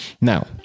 now